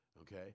Okay